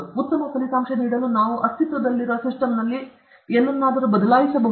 ಉತ್ತಮ ಫಲಿತಾಂಶ ನೀಡಲು ನಾವು ಅಸ್ತಿತ್ವದಲ್ಲಿರುವ ಸಿಸ್ಟಮ್ನಲ್ಲಿ ಏನನ್ನಾದರೂ ಬದಲಾಯಿಸಬಹುದೇ